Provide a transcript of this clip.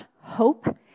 hope